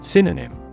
Synonym